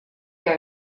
què